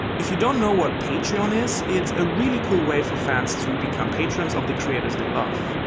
if you don't know what patreon is, it's a really cool way for fans to become patrons of the creators they love.